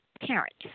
parents